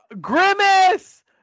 Grimace